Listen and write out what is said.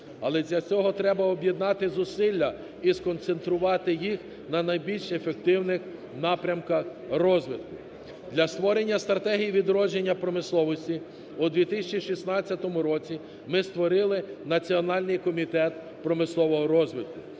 Але для цього треба об'єднати зусилля і сконцентрувати їх на найбільш ефективних напрямках розвитку. Для створення стратегії відродження промисловості у 2016 році ми створили національний комітет промислового розвитку.